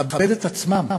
לכבד את עצמם.